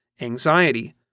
anxiety